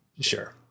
Sure